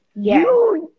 Yes